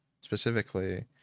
specifically